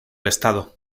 estado